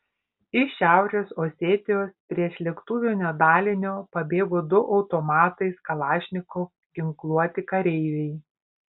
iš šiaurės osetijos priešlėktuvinio dalinio pabėgo du automatais kalašnikov ginkluoti kareiviai